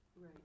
Right